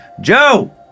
Joe